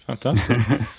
fantastic